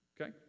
Okay